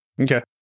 Okay